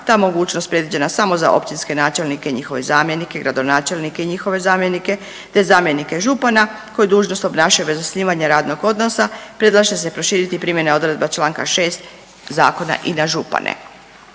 ta mogućnost predviđena samo za općinske načelnike i njihove zamjenike, gradonačelnike i njihove zamjenike, te zamjenike župana koji dužnost obnašaju bez osnivanja radnog odnosa predlaže se proširiti i primjena odredba čl. 6. zakona i na župane.